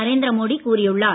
நரேந்திர மோடி கூறியுள்ளார்